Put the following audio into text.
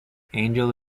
angel